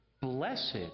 blessed